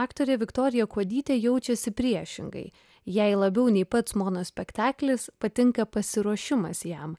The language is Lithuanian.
aktorė viktorija kuodytė jaučiasi priešingai jai labiau nei pats monospektaklis patinka pasiruošimas jam